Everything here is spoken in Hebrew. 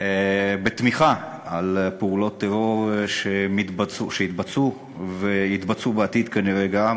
תמיכה בפעולות טרור שהתבצעו ויתבצעו כנראה גם בעתיד.